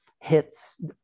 hits